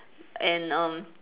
and err